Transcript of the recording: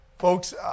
Folks